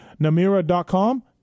Namira.com